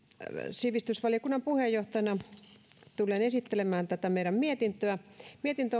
sivistysvaliokunnan puheenjohtajana tulen esittelemään tätä meidän mietintöämme mietintö